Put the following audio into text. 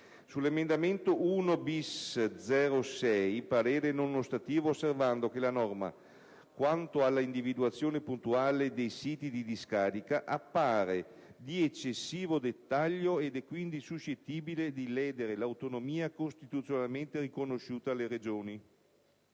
sull'emendamento 1-*bis*.0.6 parere non ostativo, osservando che la norma, quanto alla individuazione puntuale dei siti di discarica, appare di eccessivo dettaglio ed è quindi suscettibile di ledere l'autonomia costituzionalmente riconosciuta alle Regioni;